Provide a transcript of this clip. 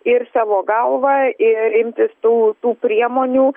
ir savo galvą ir imtis tų tų priemonių